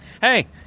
Hey